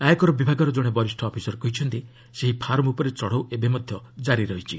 ଆୟକର ବିଭାଗର ଜଣେ ବରିଷ୍ଠ ଅଫିସର କହିଛନ୍ତି ସେହି ଫାର୍ମ ଉପରେ ଚଢ଼ଉ ଏବେବି କାରି ରହିଛି